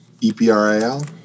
E-P-R-I-L